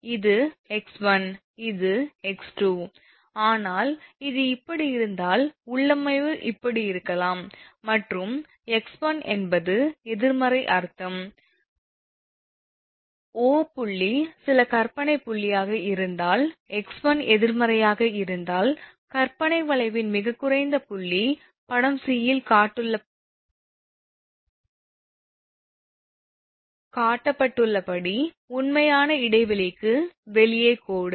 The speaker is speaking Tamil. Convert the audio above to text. இது 𝑥1 இது 𝑥2 ஆனால் இது இப்படி நடந்தால் உள்ளமைவு இப்படி இருக்கலாம் மற்றும் 𝑥1 என்பது எதிர்மறை அர்த்தம் 𝑂 புள்ளி சில கற்பனை புள்ளியாக இருந்தால் 𝑥1 எதிர்மறையாக இருந்தால் கற்பனை வளைவின் மிகக் குறைந்த புள்ளி படம் c இல் காட்டப்பட்டுள்ளபடி உண்மையான இடைவெளிக்கு வெளியே கோடு